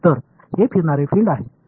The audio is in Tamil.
எனவே இது டிவிஸ்டிங் பீல்டு ஆகும்